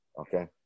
okay